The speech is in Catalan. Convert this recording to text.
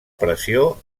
pressió